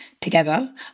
together